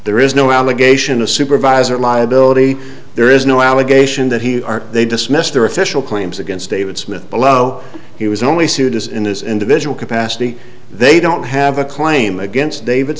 there is no allegation a supervisor liability there is no allegation that he they dismissed their official claims against david smith below he was only sued as in his individual capacity they don't have a claim against david